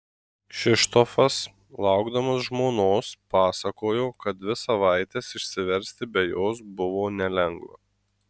kšištofas laukdamas žmonos pasakojo kad dvi savaites išsiversti be jos buvo nelengva